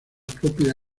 propia